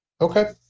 okay